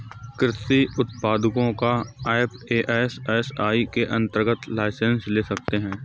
कृषि उत्पादों का एफ.ए.एस.एस.आई के अंतर्गत लाइसेंस ले सकते हैं